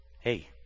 Hey